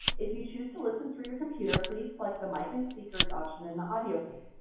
if you choose to listen through your computer, please select the mic and speakers option in the audio pane.